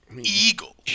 Eagle